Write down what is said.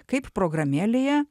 kaip programėlėje